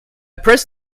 pressed